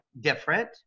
different